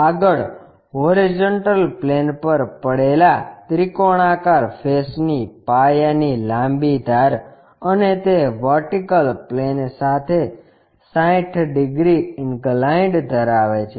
આગળ horizontal plane પર પડેલા ત્રિકોણાકાર ફેસ ની પાયાની લાંબી ધાર અને તે વર્ટિકલ પ્લેન સાથે 60 ડિગ્રી ઇન્કલાઇન્ડ ધરાવે છે